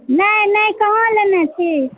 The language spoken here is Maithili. नहि नहि कहाँ लेने छी